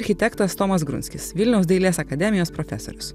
architektas tomas grunskis vilniaus dailės akademijos profesorius